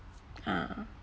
ah